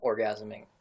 orgasming